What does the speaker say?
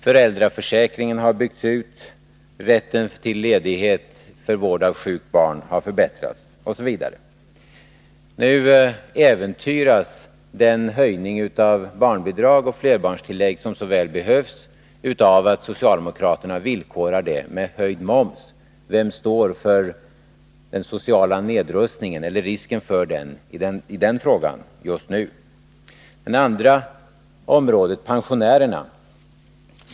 Föräldraförsäkringen har byggts ut, rätten till ledighet för vård av sjukt barn har förbättrats, osv. Nu äventyras den höjning av barnbidrag och flerbarnstillägg som så väl behövs av att socialdemokraterna villkorar det med höjd moms. Vem står för risken för social nedrustning i den frågan just nu? Det andra området gäller pensionärerna.